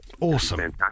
Awesome